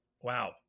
Wow